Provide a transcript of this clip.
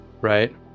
right